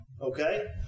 Okay